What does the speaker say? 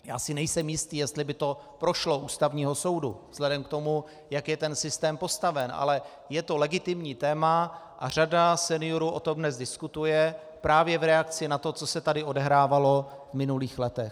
Já si nejsem jistý, jestli by to prošlo u Ústavního soudu vzhledem k tomu, jak je ten systém postaven, ale je to legitimní téma a řada seniorů o tom dnes diskutuje právě v reakci na to, co se tady odehrávalo v minulých letech.